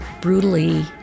brutally